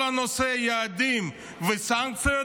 כל הנושא של יעדים וסנקציות,